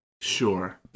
sure